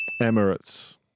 Emirates